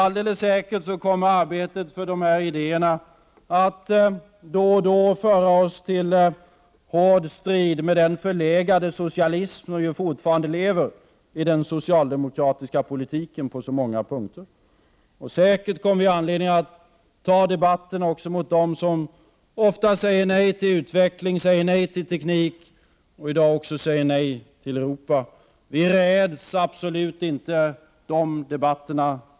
Alldeles säkert kommer arbetet för dessa idéer att då och då föra oss till hård strid med den förlegade socialism som ju fortfarande lever i den socialdemokratiska politiken på så många punkter. Säkert kommer vi att få anledning att också ta debatter mot dem som ofta säger nej till utveckling och teknik och i dag också säger nej till Europa. Vi räds absolut inte de debatterna.